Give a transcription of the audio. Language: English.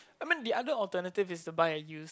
I mean the other alternative is to buy a used